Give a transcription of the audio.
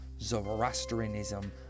Zoroastrianism